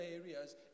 areas